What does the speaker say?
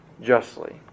justly